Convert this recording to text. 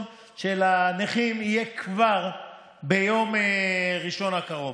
של הנכים יהיה כבר ביום ראשון הקרוב.